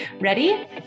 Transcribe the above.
Ready